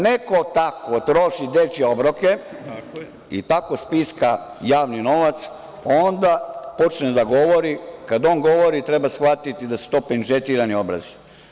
neko tako troši dečije obroke i tako spiska javni novac, onda kad on govori treba shvatiti da su to pendžetirani obrazi.